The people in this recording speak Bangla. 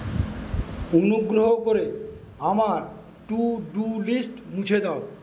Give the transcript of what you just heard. অনুগ্রহ করে আমার টু ডু লিস্ট মুছে দাও